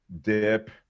dip